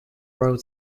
road